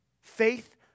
Faith